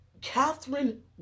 Catherine